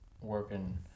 working